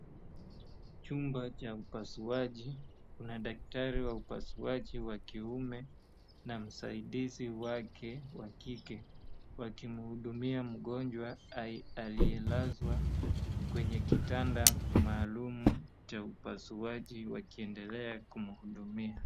Chumba cha upasuaji, una daktari wa upasuaji wa kiume na msaidizi wake wa kike. Wakimhudumia mgonjwa aliyelazwa kwenye kitanda maalum cha upasuaji wakiendelea kumhudumia.